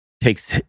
takes